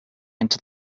into